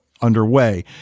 underway